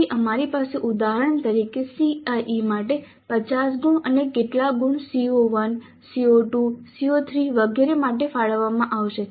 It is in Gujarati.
તેથી અમારી પાસે ઉદાહરણ તરીકે CIE માટે 50 ગુણ અને કેટલા ગુણ CO1 CO2 CO3 વગેરે માટે ફાળવવામાં આવશે